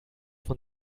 von